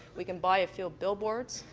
we can buy a few billboards,